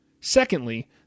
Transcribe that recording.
secondly